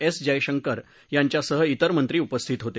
S Jaishankar यांच्यासह बेर मंत्री उपस्थित होते